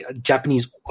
Japanese